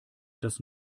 dass